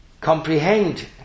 comprehend